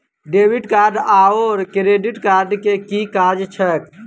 Debit card आओर credit card केँ की काज छैक?